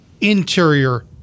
interior